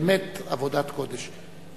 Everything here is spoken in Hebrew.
באמת עבודת קודש.